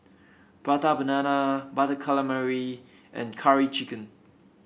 Prata Banana Butter Calamari and Curry Chicken